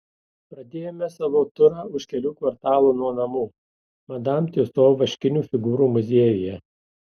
pradėjome savo turą už kelių kvartalų nuo namų madam tiuso vaškinių figūrų muziejuje